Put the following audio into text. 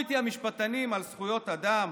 המשפטנים דיברו איתי על זכויות אדם,